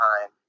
time